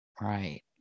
Right